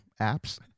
apps